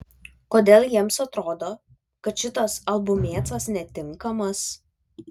kodėl jiems atrodo kad šitas albumėcas netinkamas